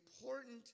important